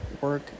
work